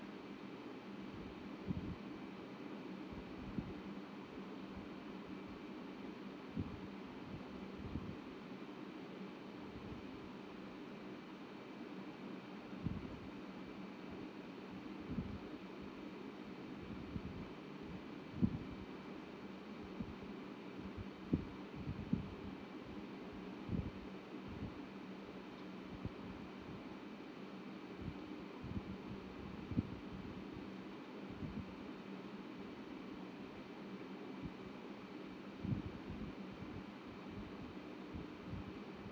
mm mm mm mm mm mm mm mm mm mm mm